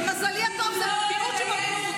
למזלי הטוב, הם מיעוט שבמיעוט.